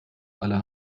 aller